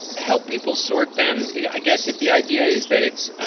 help people sort then i guess if the idea is that it's